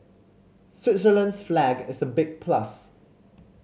Switzerland's flag is a big plus